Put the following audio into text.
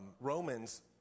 Romans